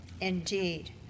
indeed